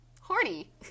horny